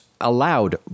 allowed